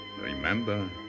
Remember